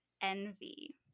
envy